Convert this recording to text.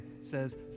says